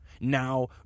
Now